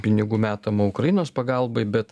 pinigų metama ukrainos pagalbai bet